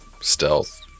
stealth